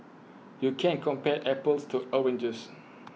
you can't compare apples to oranges